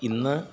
ഇന്ന്